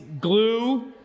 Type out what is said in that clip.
glue